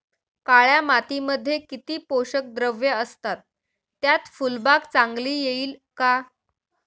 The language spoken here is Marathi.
काळ्या मातीमध्ये किती पोषक द्रव्ये असतात, त्यात फुलबाग चांगली येईल का?